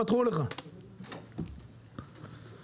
המצב הוא, לפחות בנמלים הממשלתיים,